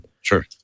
Sure